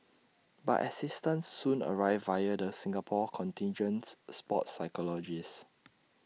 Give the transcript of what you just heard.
but assistance soon arrived via the Singapore contingent's sports psychologist